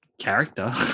character